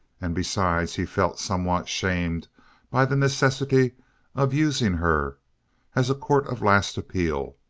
and besides he felt somewhat shamed by the necessity of using her as a court of last appeal.